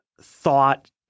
thought